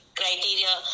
criteria